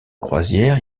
croisière